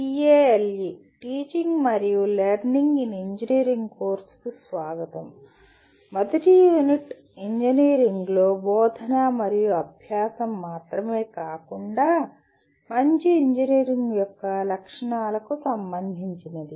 TALE teaching మరియు learning in engineering కోర్సుకు స్వాగతం మరియు మొదటి యూనిట్ ఇంజనీరింగ్లో బోధన మరియు అభ్యాసం మాత్రమే కాకుండా మంచి ఇంజనీర్ యొక్క లక్షణాలకు సంబంధించినది